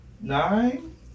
Nine